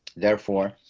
therefore,